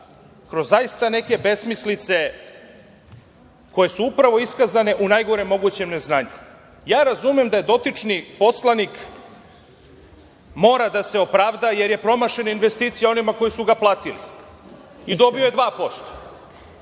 kroz zaista neke besmislice koje su upravo iskazane u najgorem mogućem neznanju. Razumem da dotični poslanik mora da se opravda, jer je promašena investicija onima koji su ga platili i dobio je 2%,